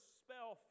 spell